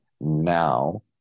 now